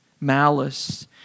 malice